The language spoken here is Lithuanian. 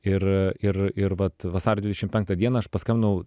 ir ir ir vat vasario dvidešim penktą dieną aš paskambinau